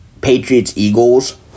Patriots-Eagles